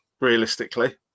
realistically